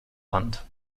wand